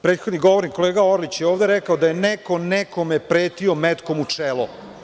Prethodni govornik, kolega Orlić je ovde rekao da je neko nekome pretio metkom u čelo.